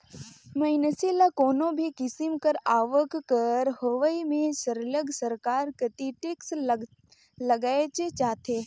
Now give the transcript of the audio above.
मइनसे ल कोनो भी किसिम कर आवक कर होवई में सरलग सरकार कती टेक्स लगाएच जाथे